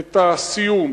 את הסיום.